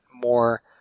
more